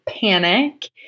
panic